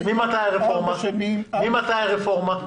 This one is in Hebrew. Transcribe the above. ממתי הרפורמה?